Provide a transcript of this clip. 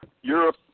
Europe